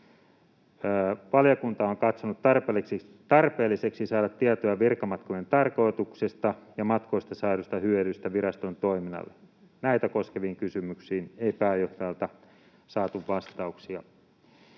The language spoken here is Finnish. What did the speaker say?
”Valiokunta on katsonut tarpeelliseksi saada tietoa virkamatkojen tarkoituksesta ja matkoista saaduista hyödyistä viraston toiminnalle. Näitä koskeviin kysymyksiin ei pääjohtajalta saatu vastauksia.”